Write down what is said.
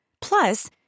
Plus